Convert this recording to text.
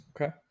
Okay